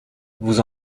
vous